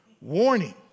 warning